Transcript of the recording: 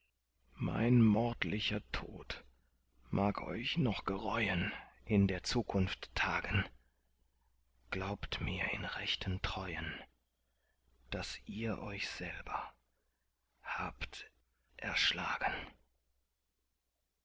mein mordlicher tod mag euch noch gereuen in der zukunft tagen glaubt mir in rechten treuen daß ihr euch selber habt erschlagen